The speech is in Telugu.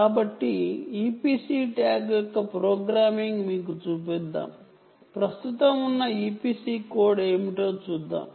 కాబట్టి EPC ట్యాగ్ యొక్క ప్రోగ్రామింగ్ మీకు చూపిద్దాం ప్రస్తుతం ఉన్న EPC కోడ్ ఏమిటో చూద్దాం